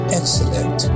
excellent